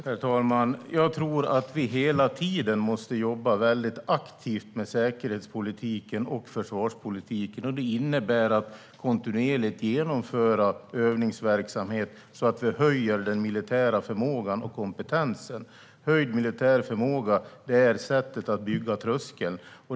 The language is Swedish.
Herr talman! Jag tror att vi hela tiden måste jobba mycket aktivt med säkerhetspolitiken och försvarspolitiken. Det innebär att kontinuerligt genomföra övningsverksamhet så att vi ökar den militära förmågan och kompetensen. Ökad militär förmåga är sättet att bygga trösklar.